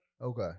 Okay